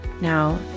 Now